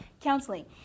Counseling